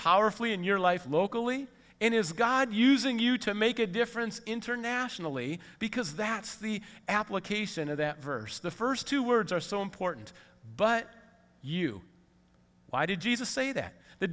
powerfully in your life locally and is god using you to make a difference internationally because that's the application of that verse the first two words are so important but you know why did jesus say that the